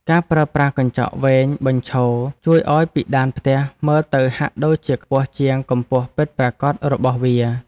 ការប្រើប្រាស់កញ្ចក់វែងបញ្ឈរជួយឱ្យពិដានផ្ទះមើលទៅហាក់ដូចជាខ្ពស់ជាងកម្ពស់ពិតប្រាកដរបស់វា។